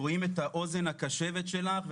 רואים את האוזן הקשבת שלך,